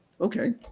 Okay